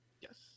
Yes